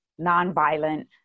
nonviolent